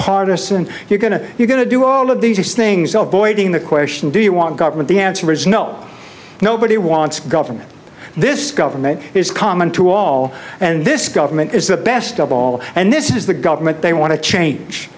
nonpartisan and you're going to you're going to do all of these things oh boy during the question do you want government the answer is no nobody wants government this government is common to all and this government is the best of all and this is the government they want to change